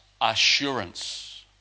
assurance